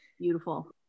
beautiful